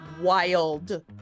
wild